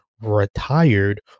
retired